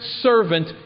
servant